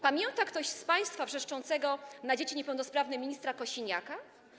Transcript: Pamięta ktoś z państwa wrzeszczącego na dzieci niepełnosprawne ministra Kosiniaka?